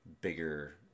bigger